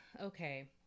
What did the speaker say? okay